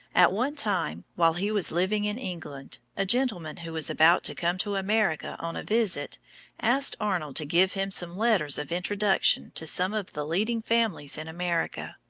at one time, while he was living in england, a gentleman who was about to come to america on a visit asked arnold to give him some letters of introduction to some of the leading families in america.